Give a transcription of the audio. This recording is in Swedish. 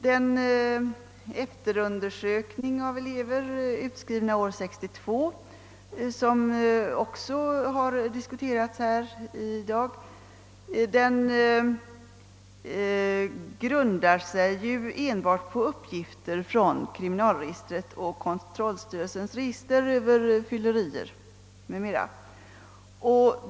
Den efterundersökning av elever, utskrivna år 1962, som också har berörts här i dag, grundar sig enbart på uppgifter från kriminalregistret och kontrollstyrelsens register över fylleriförseelser m.m.